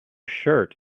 shirt